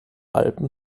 alpen